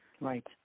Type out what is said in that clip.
right